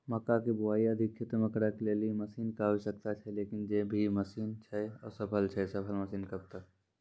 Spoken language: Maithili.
मक्का के बुआई अधिक क्षेत्र मे करे के लेली मसीन के आवश्यकता छैय लेकिन जे भी मसीन छैय असफल छैय सफल मसीन कब तक?